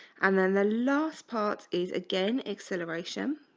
and then the last part is again acceleration